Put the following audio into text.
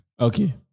Okay